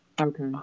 Okay